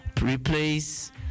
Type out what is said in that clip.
Replace